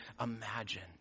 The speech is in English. imagine